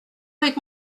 avec